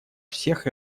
всех